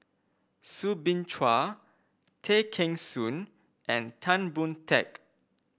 Soo Bin Chua Tay Kheng Soon and Tan Boon Teik